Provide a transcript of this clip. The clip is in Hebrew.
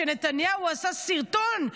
שנתניהו עשה סרטון,